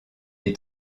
est